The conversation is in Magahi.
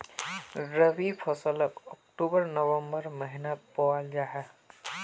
रबी फस्लोक अक्टूबर नवम्बर महिनात बोआल जाहा